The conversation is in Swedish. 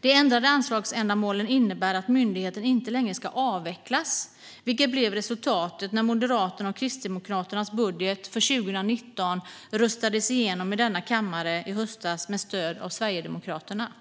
De ändrade anslagsändamålen innebär att myndigheten inte längre ska avvecklas, vilket blev resultatet när Moderaternas och Kristdemokraternas budget för 2019 röstades igenom i denna kammare i höstas med stöd av Sverigedemokraterna.